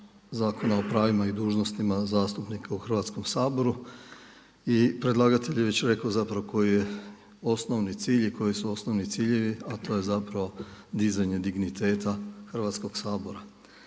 Zakona o pravima i dužnostima zastupnika u Hrvatskom saboru i predlagatelj je već rekao zapravo koji je osnovni cilj i koji su osnovni ciljevi, a to je zapravo dizanje digniteta Hrvatskog sabora.